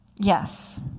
Yes